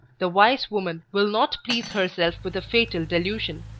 the wise woman will not please herself with a fatal delusion.